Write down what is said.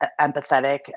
empathetic